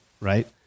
Right